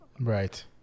right